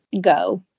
go